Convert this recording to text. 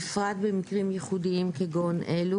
בקצרה.